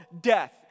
death